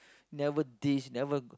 never this never